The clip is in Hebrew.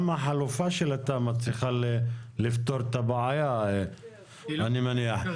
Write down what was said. גם החלופה של התמ"א צריכה לפתור את הבעיה אני מניח.